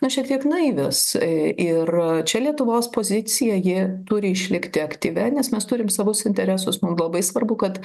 na šiek tiek naivios ir čia lietuvos pozicija ji turi išlikti aktyvia nes mes turim savus interesus mum labai svarbu kad